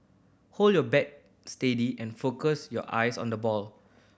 hold your bat steady and focus your eyes on the ball